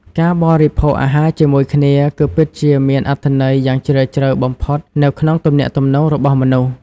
ការបរិភោគអាហារជាមួយគ្នាគឺពិតជាមានអត្ថន័យយ៉ាងជ្រាលជ្រៅបំផុតនៅក្នុងទំនាក់ទំនងរបស់មនុស្ស។